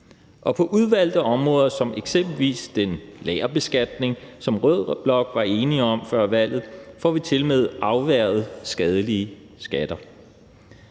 på udvalgte områder som eksempelvis den lagerbeskatning, som rød blok var enig om før valget, får vi tilmed afværget skadelige skatter.